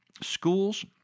schools